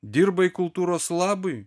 dirbai kultūros labui